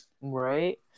Right